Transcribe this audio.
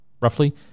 roughly